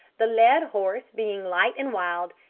the led horse being light and wild,